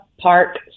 Park